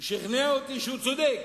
הוא שכנע אותי שהוא צודק.